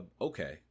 okay